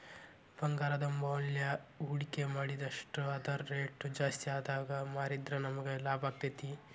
ಭಂಗಾರದ್ಮ್ಯಾಲೆ ಹೂಡ್ಕಿ ಮಾಡಿಟ್ರ ಅದರ್ ರೆಟ್ ಜಾಸ್ತಿಆದಾಗ್ ಮಾರಿದ್ರ ನಮಗ್ ಲಾಭಾಕ್ತೇತಿ